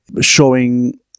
showing